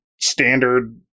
standard